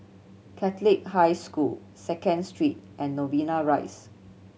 Catholic High School Second Street and Novena Rise